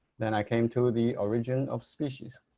then i came to the origin of species